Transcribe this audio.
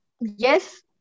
yes